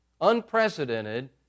unprecedented